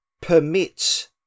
permits